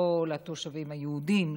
לא לתושבים היהודים,